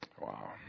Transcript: Wow